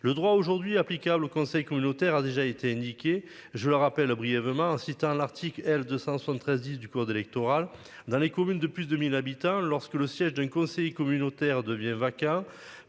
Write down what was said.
le droit aujourd'hui applicable au conseil communautaire a déjà été niquer, je le rappelle brièvement en citant l'article L 273 10 du cours d'électoral dans les communes de plus de 1000 habitants, lorsque le siège du conseil communautaire devient Vacca